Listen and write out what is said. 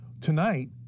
Tonight